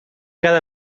quedar